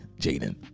Jaden